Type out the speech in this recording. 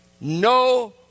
No